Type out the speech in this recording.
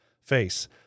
face